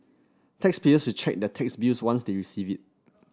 taxpayers should check their tax bills once they receive it